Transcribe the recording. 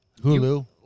Hulu